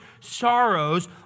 sorrows